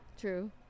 true